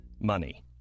money